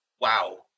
wow